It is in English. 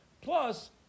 plus